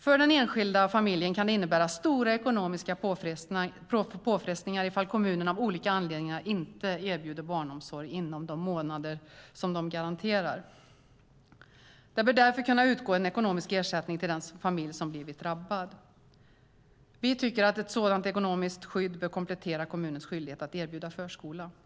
För den enskilda familjen kan det innebära stora ekonomiska påfrestningar ifall kommunen av olika anledningar inte erbjuder barnomsorg inom de månader som den garanterar. Det bör därför kunna utgå en ekonomisk ersättning till den familj som blivit drabbad. Vi tycker att kommunens skyldighet att erbjuda förskola bör kompletteras med ett sådant ekonomiskt skydd.